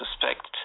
suspect